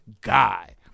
guy